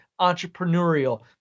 entrepreneurial